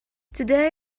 today